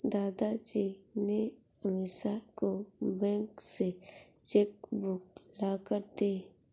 दादाजी ने अमीषा को बैंक से चेक बुक लाकर दी